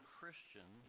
Christian